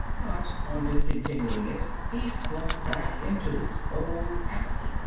but on discontinuing it he slumped back into his old apathy.